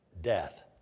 death